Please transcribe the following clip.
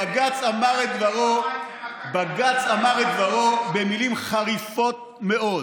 בג"ץ אמר את דברו במילים חריפות מאוד.